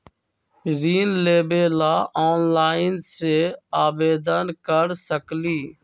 ऋण लेवे ला ऑनलाइन से आवेदन कर सकली?